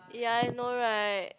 ya I know right